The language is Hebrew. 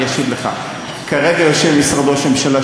אני אשיב לך: כרגע יושב משרד ראש הממשלה,